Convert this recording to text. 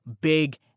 big